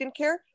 skincare